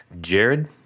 Jared